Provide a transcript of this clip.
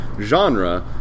genre